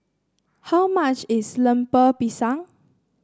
how much is Lemper Pisang